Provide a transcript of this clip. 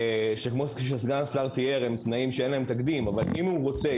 כמו שסגן השר תיאר הם תנאים שאין להם תקדים אבל אם הוא רוצה,